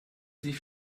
sich